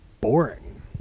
boring